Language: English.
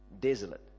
Desolate